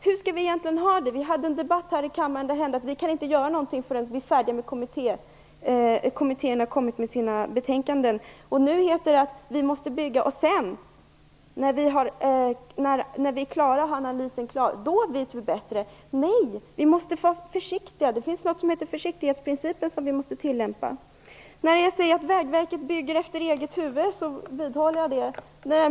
Hur skall vi egentligen ha det? Vi hade en debatt här i kammaren då ni hävdade att vi inte kan göra någonting förrän kommittén har kommit med sina betänkanden. Nu heter det att vi måste bygga och att vi vet bättre när analysen är klar. Nej, vi måste vara försiktiga! Det finns något som heter försiktighetsprincipen som vi måste tillämpa. Jag vidhåller att Vägverket bygger efter eget huvud.